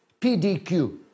PDQ